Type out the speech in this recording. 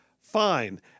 fine